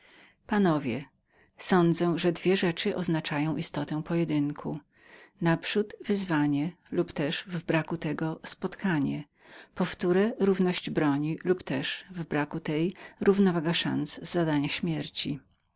panowie sądzę że dwie rzeczy oznaczają istotę pojedynku naprzód wyzwanie lub też w braku tego spotkanie powtórne równość broni lub też w braku tej równowaga w sposobach zadania śmierci